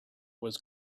was